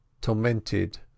tormented